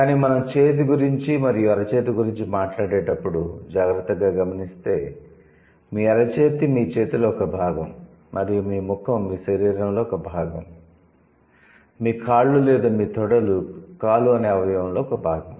కాని మనం చేతి గురించి మరియు అరచేతి గురించి మాట్లాడేటప్పుడు జాగ్రత్తగా గమనిస్తే మీ అరచేతి మీ చేతిలో ఒక భాగం మరియు మీ ముఖం మీ శరీరంలో ఒక భాగం మీ కాళ్ళు లేదా మీ తొడలు కాలు అనే అవయవంలో ఒక భాగం